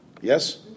yes